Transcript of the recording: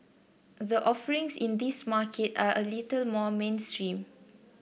the offerings in this market are a little more mainstream